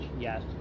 Yes